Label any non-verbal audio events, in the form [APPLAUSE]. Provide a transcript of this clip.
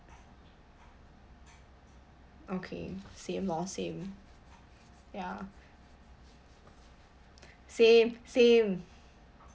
[NOISE] okay same lor same ya same same